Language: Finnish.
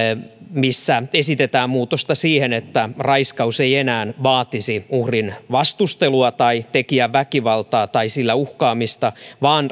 jossa esitetään muutosta siihen että raiskaus ei enää vaatisi uhrin vastustelua tai tekijän väkivaltaa tai sillä uhkaamista vaan